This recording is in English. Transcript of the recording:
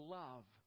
love